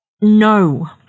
No